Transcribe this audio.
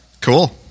Cool